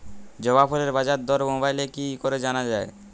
জবা ফুলের বাজার দর মোবাইলে কি করে জানা যায়?